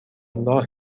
راه